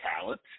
Talent